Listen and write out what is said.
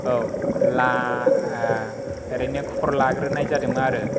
औ ओरैनो खबर लाग्रोनाय जादों आरो